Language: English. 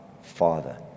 Father